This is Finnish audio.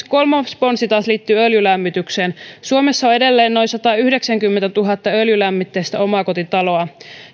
kolmas ponsi taas liittyy öljylämmitykseen suomessa on edelleen noin satayhdeksänkymmentätuhatta öljylämmitteistä omakotitaloa